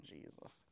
Jesus